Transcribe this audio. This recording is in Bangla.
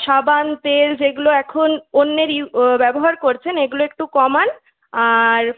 সাবান তেল যেগুলো এখন অন্যের ইউ ব্যবহার করছেন এগুলো একটু কমান আর